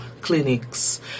clinics